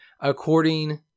according